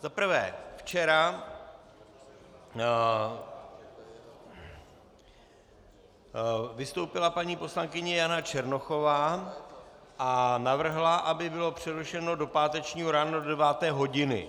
Za prvé včera vystoupila paní poslankyně Jana Černochová a navrhla, aby bylo přerušeno do pátečního rána do 9. hodiny.